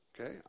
Okay